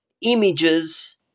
images